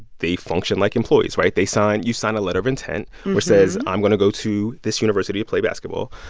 they function like employees, right? they sign you sign a letter of intent, which says, i'm going to go to this university to play basketball.